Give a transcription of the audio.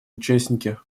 участники